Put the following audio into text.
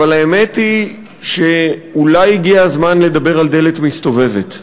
אבל האמת היא שאולי הגיע הזמן לדבר על דלת מסתובבת.